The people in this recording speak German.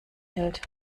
hält